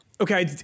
okay